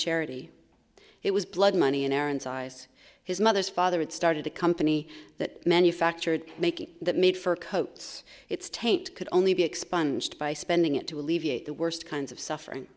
charity it was blood money in aaron's eyes his mother's father had started a company that manufactured making that made for coats its taint could only be expunged by spending it to alleviate the worst kinds of suffering